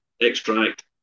extract